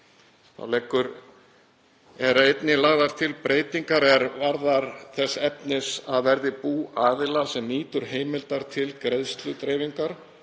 Þá eru einnig lagðar til breytingar þess efnis að verði bú aðila sem nýtur heimildar til greiðsludreifingar